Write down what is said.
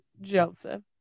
joseph